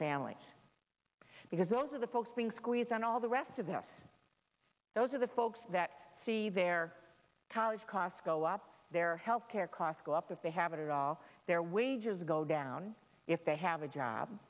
families because those are the folks being squeezed and all the rest of us those are the folks that see their college costs go up their health care costs go up if they have it all their wages go down if they have a job